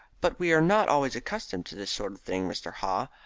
but we were not always accustomed to this sort of thing, mr. haw.